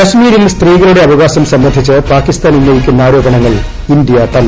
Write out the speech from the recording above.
കശ്മീരിൽ സ്ത്രീകളുടെ അവകാശ്ം സ്ംബന്ധിച്ച് പാകിസ്ഥാൻ ഉന്നയിക്കുന്ന ആരോപണങ്ങൾ ഇന്ത്യ തള്ളി